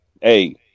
Hey